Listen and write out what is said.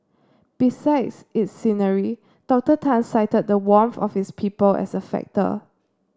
besides its scenery Doctor Tan cited the warmth of its people as a factor